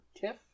Tiff